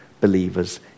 believers